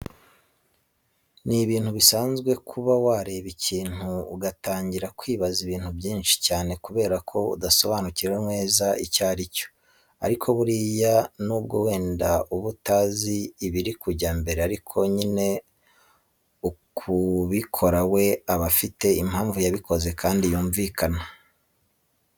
Ni ibintu bisanzwe kuba wareba ikintu ugatangira kwibaza ibintu byinshi cyane kubera ko udasobanukiwe neza icyo ari cyo, ariko buriya nubwo wenda uba utazi ibiri kujya mbere ariko nyiri ukubikora we aba afite impamvu yabikoze kandi yumvikana.